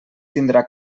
tindrà